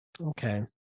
okay